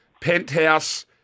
Penthouse